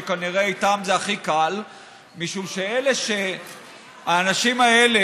שכנראה איתם זה הכי קל משום שהאנשים האלה